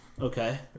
Okay